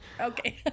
Okay